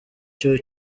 cyo